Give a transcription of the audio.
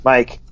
Mike